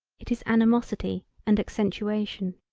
it is animosity and accentuation.